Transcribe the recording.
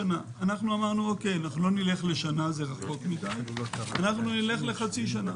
אמרנו שלא נלך לשנה, זה רחוק מידי, אלא לחצי שנה.